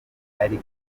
ari